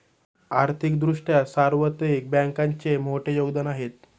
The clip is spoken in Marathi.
आर्थिक दृष्ट्या सार्वत्रिक बँकांचे मोठे योगदान आहे